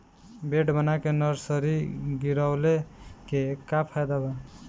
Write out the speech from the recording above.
Bed बना के nursery गिरवले के का फायदा बा?